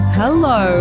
hello